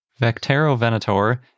Vecterovenator